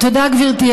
תודה, גברתי.